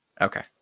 Okay